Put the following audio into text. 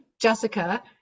Jessica